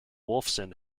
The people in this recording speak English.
wolfson